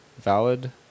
valid